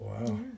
wow